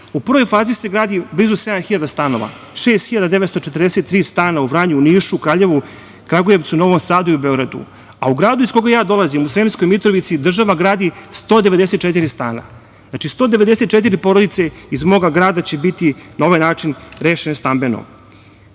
U prvoj fazi se gradi blizu 7 hiljada stanova, 6.943 stana u Vranju, Nišu, Vranju, Kraljevu, Kragujevcu, Novom Sadu i Beogradu.U gradu iz koga ja dolazim, u Sremskoj Mitrovici, država gradi 194 stana. Znači, 194 porodice će iz mog grada biti na ovaj način rešene stambeno.